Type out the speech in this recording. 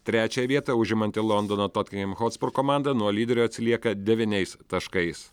trečią vietą užimanti londono tottenham hotspur komanda nuo lyderio atsilieka devyniais taškais